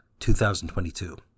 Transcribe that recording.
2022